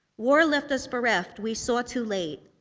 war left us bereft, we saw too late.